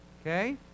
Okay